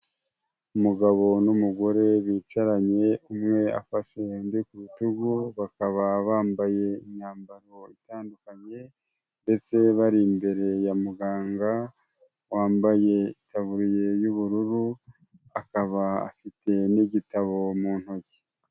Umugabo n'umugore bicaranye, umwe afashe undi ku rutugu, bakaba bambaye imyambaro itandukanye ndetse bari imbere ya muganga, wambaye itaburiye y'ubururu, akaba afite n'igitabo mu ntoki.